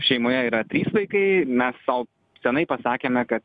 šeimoje yra trys vaikai mes sau senai pasakėme kad